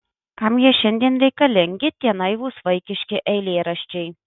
kam jie šiandien reikalingi tie naivūs vaikiški eilėraščiai